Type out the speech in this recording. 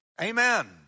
Amen